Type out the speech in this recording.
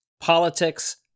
politics